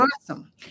awesome